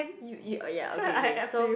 you oh ya okay k so